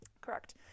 Correct